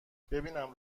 ببینم